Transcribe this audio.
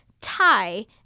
tie